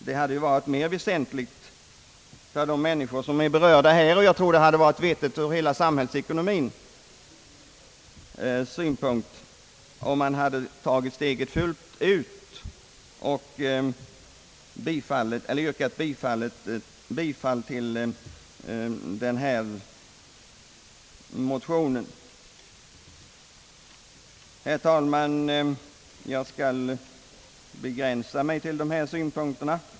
Det hade varit mer väsentligt för de människor som berörs, och jag tror det hade varit vettigt ur hela samhällsekonomins synpunkt, att ta steget fullt ut och yrka bifall till denna motion. Herr talman! Jag skall begränsa mig till de synpunkter jag nu anfört.